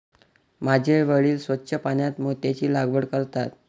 माझे वडील स्वच्छ पाण्यात मोत्यांची लागवड करतात